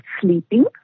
sleeping